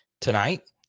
tonight